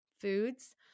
foods